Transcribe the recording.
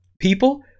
people